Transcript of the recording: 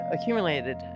accumulated